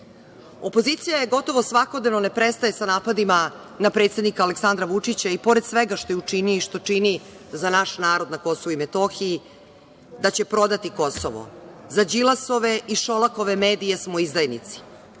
korist. Opozicija gotovo svakodnevno ne prestaje sa napadima na predsednika Aleksandra Vučića i pored svega što je učinio i što čini za naš narod na KiM, da će prodati Kosovo. Za Đilasove i Šolakove medije smo izdajnici,